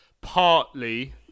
partly